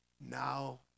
now